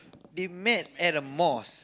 they met at a mosque